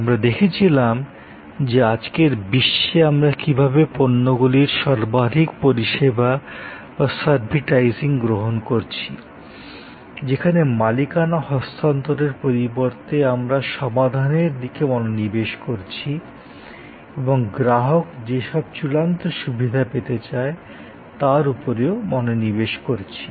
আমরা দেখেছিলাম যে আজকের বিশ্বে আমরা কীভাবে পণ্যগুলির সর্বাধিক পরিষেবা বা সারভিটাইজিং গ্রহণ করছি যেখানে মালিকানা হস্তান্তরের পরিবর্তে আমরা সমাধানের দিকে মনোনিবেশ করছি এবং গ্রাহক যে সব চূড়ান্ত সুবিধা পেতে চায় তার উপরেও মনোনিবেশ করছি